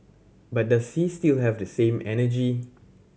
but does he still have the same energy